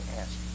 ask